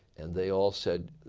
and they all said,